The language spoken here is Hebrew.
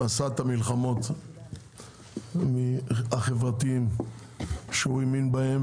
עשה את המלחמות החברתיות שהוא האמין בהם,